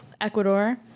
Ecuador